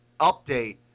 update